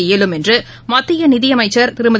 இயலும் என்று மத்திய நிதியமைச்சர் திருமதி